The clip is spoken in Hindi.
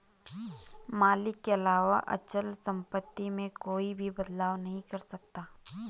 मालिक के अलावा अचल सम्पत्ति में कोई भी बदलाव नहीं कर सकता है